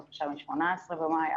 בקשה מ-18 במאי,